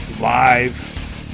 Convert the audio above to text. live